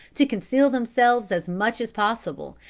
to conceal themselves as much as possible,